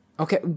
Okay